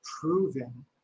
proven